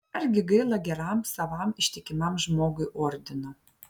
argi gaila geram savam ištikimam žmogui ordino